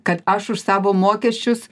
kad aš už savo mokesčius